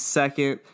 second